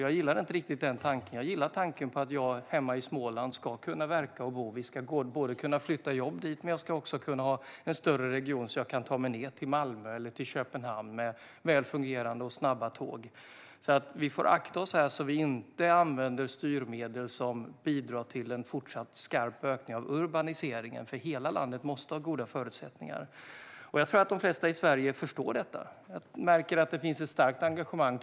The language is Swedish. Jag gillar inte riktigt den tanken. Jag gillar tanken på att jag ska kunna verka och bo hemma i Småland. Vi ska kunna flytta jobb dit, men jag ska också kunna ha en större region så att jag kan ta mig ned till Malmö eller till Köpenhamn med fungerande och snabba tåg. Vi får alltså akta oss här så att vi inte använder styrmedel som bidrar till en fortsatt skarp ökning av urbaniseringen, för hela landet måste ha goda förutsättningar. Jag tror att de flesta i Sverige förstår detta. Jag märker att det finns ett starkt engagemang.